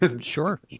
Sure